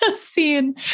scene